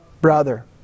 brother